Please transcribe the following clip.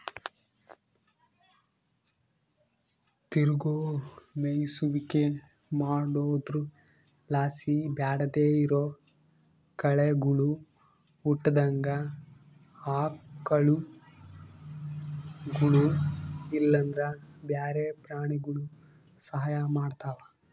ತಿರುಗೋ ಮೇಯಿಸುವಿಕೆ ಮಾಡೊದ್ರುಲಾಸಿ ಬ್ಯಾಡದೇ ಇರೋ ಕಳೆಗುಳು ಹುಟ್ಟುದಂಗ ಆಕಳುಗುಳು ಇಲ್ಲಂದ್ರ ಬ್ಯಾರೆ ಪ್ರಾಣಿಗುಳು ಸಹಾಯ ಮಾಡ್ತವ